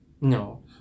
No